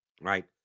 right